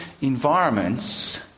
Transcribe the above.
environments